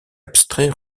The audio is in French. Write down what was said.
abstrait